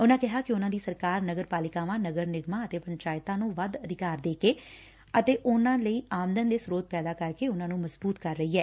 ਉਨਾਂ ਕਿਹਾ ਕਿ ਉਨਾਂ ਦੀ ਸਰਕਾਰ ਨਗਰ ਪਾਲਿਕਾਵਾਂ ਨਗਰ ਨਿਗਮਾਂ ਅਤੇ ਪੰਚਾਇਤਾਂ ਨੁੰ ਵਧ ਅਧਿਕਾਰ ਦੇ ਕੇ ਅਤੇ ਉਨੂਾਂ ਲਈ ਆਮਦਨ ਦੇ ਸਰੋਤ ਪੈਦਾ ਕਰਕੇ ਉਨੂਾਂ ਨੂੰ ਮਜਬੂਤ ਕਰ ਰਹੀ ਐ